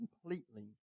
completely